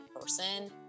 person